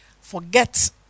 forget